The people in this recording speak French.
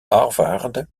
harvard